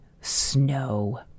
snow